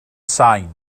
sain